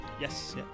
Yes